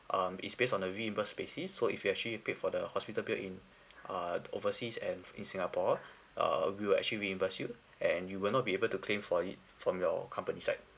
um is based on a reimburse basis so if you've actually paid for the hospital bill in uh overseas and in singapore err we will actually reimburse you and you will not be able to claim for it from your company side